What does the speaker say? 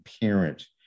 Parent